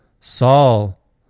Saul